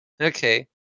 Okay